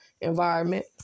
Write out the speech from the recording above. environment